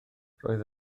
roedd